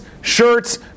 shirts